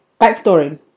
backstory